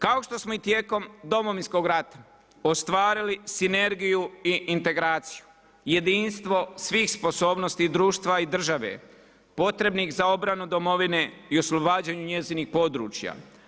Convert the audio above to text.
Kao što smo i tijekom Domovinskog rata ostvarili sinergiju i integraciju, jedinstvo svih sposobnosti i društva i države potrebnih za obranu domovine i oslobađanju njezinih područja.